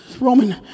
Roman